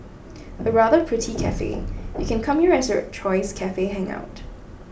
a rather pretty cafe you can come here as your choice cafe hangout